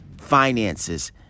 finances